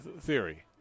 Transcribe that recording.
theory